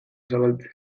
zabaltzen